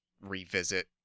revisit